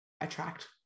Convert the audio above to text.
attract